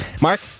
Mark